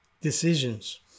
decisions